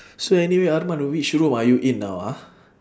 so anyway arman which room are you in now ah